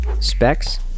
Specs